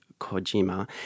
Kojima